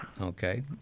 Okay